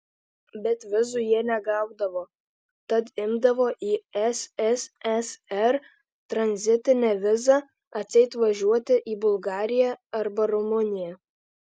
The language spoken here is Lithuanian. bet vizų jie negaudavo tad imdavo į sssr tranzitinę vizą atseit važiuoti į bulgariją arba rumuniją